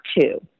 two